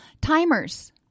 Timers